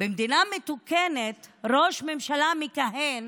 במדינה מתוקנת, ראש ממשלה מכהן